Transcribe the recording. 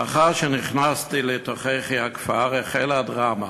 לאחר שנכנסתי לתוככי הכפר החלה הדרמה,